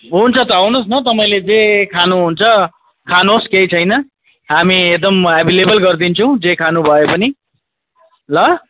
हुन्छ त आउनहोस् न तपाईँले जे खानुहुन्छ खानुहोस् केही छैन हामी एकदम एभाइलेबल गरिदिन्छौँ जे खानु भए पनि ल